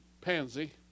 pansy